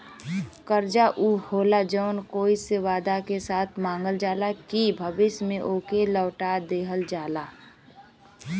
कर्जा ऊ होला जौन कोई से वादा के साथ मांगल जाला कि भविष्य में ओके लौटा देवल जाई